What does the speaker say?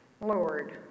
Lord